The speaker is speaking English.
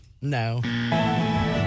No